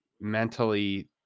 mentally